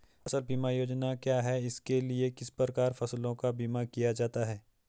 फ़सल बीमा योजना क्या है इसके लिए किस प्रकार फसलों का बीमा किया जाता है?